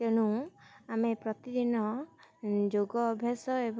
ତେଣୁ ଆମେ ପ୍ରତିଦିନ ଯୋଗ ଅଭ୍ୟାସ ଏବଂ